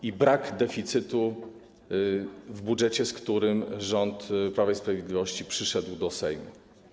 I brakuje deficytu w budżecie, z którym rząd Prawa i Sprawiedliwości przyszedł do Sejmu.